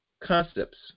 concepts